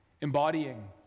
embodying